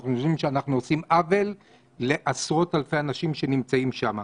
אנחנו חושבים שאנחנו עושים עוול לעשרות אלפי אנשים שנמצאים שם.